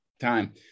time